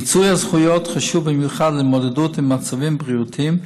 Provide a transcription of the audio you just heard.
מיצוי הזכויות חשוב במיוחד להתמודדות עם מצבים בריאותיים,